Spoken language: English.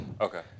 Okay